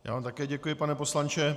Já vám také děkuji, pane poslanče.